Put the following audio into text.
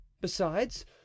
Besides